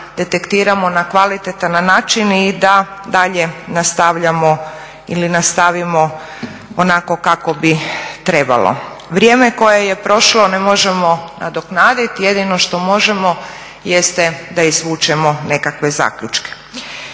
detektiramo na kvalitetan način i da dalje nastavimo onako kako bi trebalo. Vrijeme koje je prošlo ne možemo nadoknaditi, jedino što možemo jeste da izvučemo nekakve zaključke.